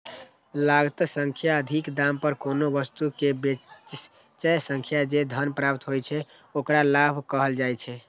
लागत सं अधिक दाम पर कोनो वस्तु कें बेचय सं जे धन प्राप्त होइ छै, ओकरा लाभ कहल जाइ छै